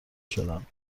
شدم